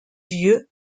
vieux